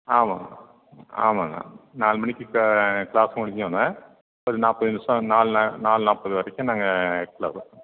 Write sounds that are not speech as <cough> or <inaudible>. ஆமாங்க ஆமாங்க நாலு மணிக்கு கிளாஸ் முடிஞ்சோடன ஒரு நாற்பது நிமிஷம் நாலு நாலு நாற்பது வரைக்கும் நாங்கள் <unintelligible>